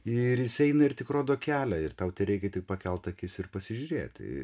ir jis eina ir tik rodo kelią ir tau tereikia tik pakelt akis ir pasižiūrėti